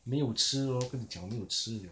没有吃 lor 跟你讲没有吃 liao